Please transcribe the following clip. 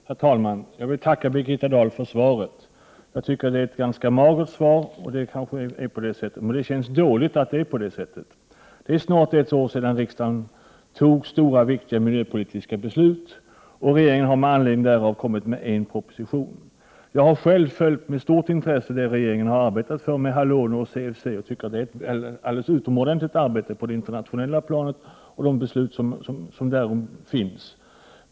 Herr talman! Jag vill tacka Birgitta Dahl för svaret. Jag tycker det är ett 8 maj 1989 ganska magert svar och det känns dåligt. Det är snart ett år sedan riksdagen tog stora viktiga miljöpolitiska beslut. Regeringen har med anledning därav kommit med en proposition. Jag har själv med stort intresse följt regeringens arbete för halon och CFC. Jag tycker det är ett alldeles utomordentligt arbete som utförts och beslut som fattats på det internationella planet.